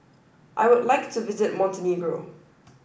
I would like to visit Montenegro